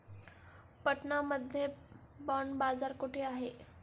पटना मध्ये बॉंड बाजार कुठे आहे?